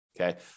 Okay